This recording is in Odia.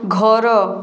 ଘର